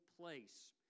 place